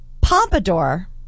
Pompadour